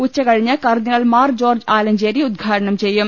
ഉച്ചകഴിഞ്ഞ് കർദ്ദിനാൾ മാർ ജോർജ്ജ് ആലഞ്ചേരി ഉദ്ഘാടനം ചെയ്യും